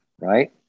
right